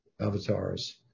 avatars